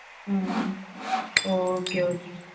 ம் okay okay